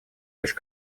лишь